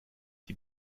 die